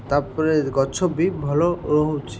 ତା'ପରେ ଗଛ ବି ଭଲ ରହୁଛି